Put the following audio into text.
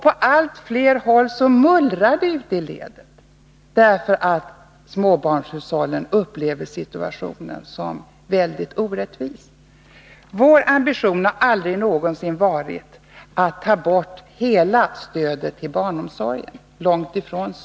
På allt fler håll mullrar det ute i leden, därför att småbarnshushållen upplever situationen som väldigt orättvis. Vår ambition har aldrig någonsin varit att ta bort hela stödet till barnomsorgen — långt ifrån det.